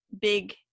big